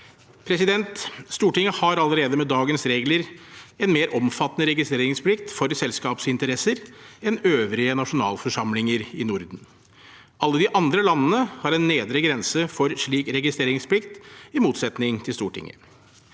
for det. Stortinget har allerede med dagens regler en mer omfattende registreringsplikt for selskapsinteresser enn øvrige nasjonalforsamlinger i Norden. Alle de andre landene har en nedre grense for slik registreringsplikt, i motsetning til Stortinget.